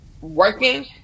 working